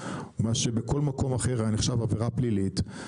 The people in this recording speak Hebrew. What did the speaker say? מה שבכל מקום אחר היה נחשב עבירה פלילית,